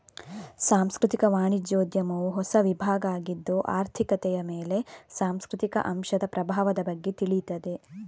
ಸಾಂಸ್ಕೃತಿಕ ವಾಣಿಜ್ಯೋದ್ಯಮವು ಹೊಸ ವಿಭಾಗ ಆಗಿದ್ದು ಆರ್ಥಿಕತೆಯ ಮೇಲೆ ಸಾಂಸ್ಕೃತಿಕ ಅಂಶದ ಪ್ರಭಾವದ ಬಗ್ಗೆ ತಿಳೀತದೆ